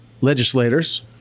legislators